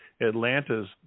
Atlanta's